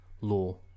law